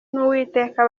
n’uwiteka